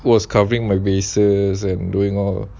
was covering my bases and doing all